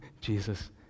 Jesus